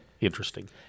interesting